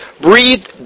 breathe